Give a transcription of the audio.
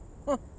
!huh!